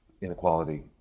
inequality